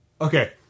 Okay